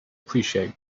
appreciate